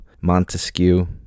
Montesquieu